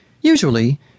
Usually